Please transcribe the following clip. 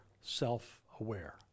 self-aware